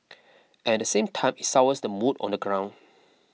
and the same time it sours the mood on the ground